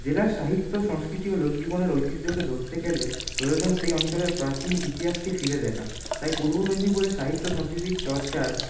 জেলার সাহিত্য সংস্কৃতি ও লোক জীবনের ঐতিহ্যকে ধরতে গেলে প্রয়োজন সেই অঞ্চলের প্রাচীন ইতিহাসকে ফিরে দেখা তাই পূর্ব মেদিনীপুরের সাহিত্য সংস্কৃতির চর্চার